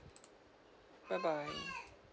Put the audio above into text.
bye bye